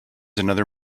another